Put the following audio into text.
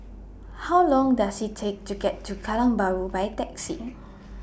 How Long Does IT Take to get to Kallang Bahru By Taxi